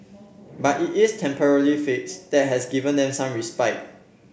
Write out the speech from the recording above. but it is temporary fix that has given them some respite